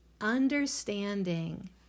Understanding